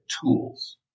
tools